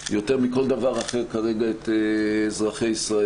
יותר מכל דבר אחר כרגע את אזרחי ישראל.